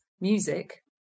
music